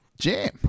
jam